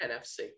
NFC